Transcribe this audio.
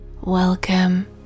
Welcome